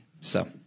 So-